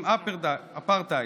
עם אפרטהייד.